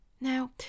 now